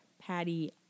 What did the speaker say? Patty